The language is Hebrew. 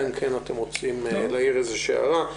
אלא אם כן אתם רוצים להעיר איזושהי הערה.